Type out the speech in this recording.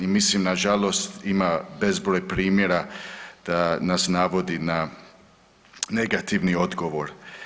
I mislim nažalost, ima bezbroj primjera da nas navodi na negativni odgovor.